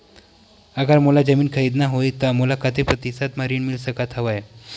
अगर मोला जमीन खरीदना होही त मोला कतेक प्रतिशत म ऋण मिल सकत हवय?